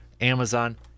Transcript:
Amazon